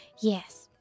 Yes